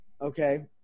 okay